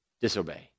disobey